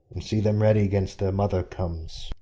see them ready against their mother comes.